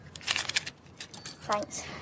Thanks